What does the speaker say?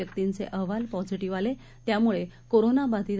व्यक्तींचे अहवाल पॉझिटिव्ह आलेत्याम्ळे कोरोनाबाधित